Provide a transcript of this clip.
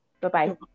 Bye-bye